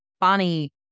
Bonnie